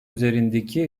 üzerindeki